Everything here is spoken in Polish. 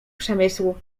przemysłu